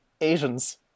Asians